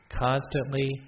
constantly